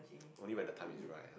only when the time is right ah